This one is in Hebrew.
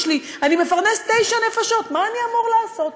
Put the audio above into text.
אני מפרנס תשע נפשות, מה אני אמור לעשות?